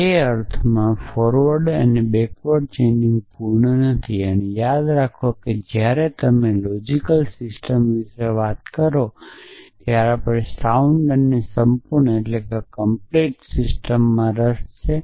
તેથી તે અર્થમાં ફોરવર્ડ અને બેકવર્ડ ચેઇનિંગ પૂર્ણ નથી અને યાદ રાખો કે જ્યારે તમે લોજિકલ સિસ્ટમ્સ વિશે વાત કરો છો ત્યારે આપણને સાઉન્ડ અને સંપૂર્ણ સિસ્ટમમાં રસ છે